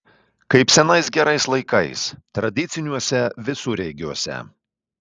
kaip senais gerais laikais tradiciniuose visureigiuose